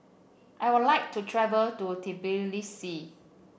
I would like to travel to Tbilisi